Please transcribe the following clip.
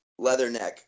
Leatherneck